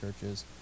churches